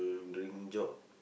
mm dream job